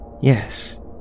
Yes